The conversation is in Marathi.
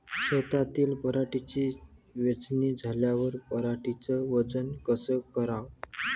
शेतातील पराटीची वेचनी झाल्यावर पराटीचं वजन कस कराव?